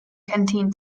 canteen